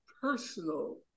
personal